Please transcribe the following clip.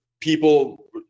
people